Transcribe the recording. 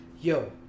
Yo